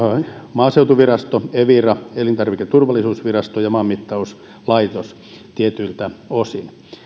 maaseutuvirasto evira elintarviketurvallisuusvirasto ja maanmittauslaitos tietyiltä osin